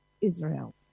Israel